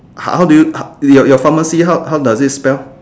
how do your pharmacy how does it spell